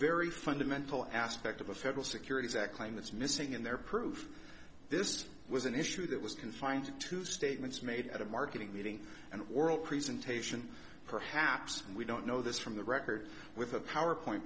very fundamental aspect of a federal securities act claim that's missing in their proof this was an issue that was confined to statements made at a marketing meeting an oral presentation perhaps we don't know this from the record with a powerpoint